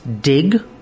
dig